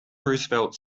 roosevelt